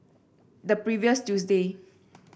the previous Tuesday